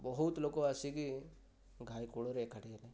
ବହୁତ ଲୋକ ଆସିକି ଘାଇ କୂଳରେ ଏକାଠି ହେଲେ